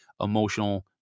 emotional